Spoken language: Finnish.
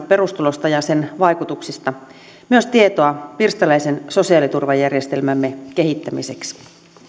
perustulosta ja sen vaikutuksista myös tietoa pirstaleisen sosiaaliturvajärjestelmämme kehittämiseksi